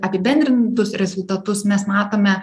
apibendrintus rezultatus mes matome